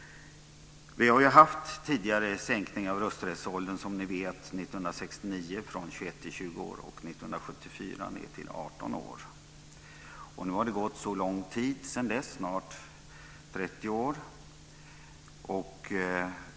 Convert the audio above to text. Vi har, som ni vet, tidigare gjort sänkningar av rösträttsåldern: 1969 sänktes den från 21 till 20 år, och 1974 till 18 år. Det har nu gått lång tid sedan dess, snart 30 år.